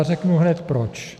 Řeknu hned proč.